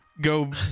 go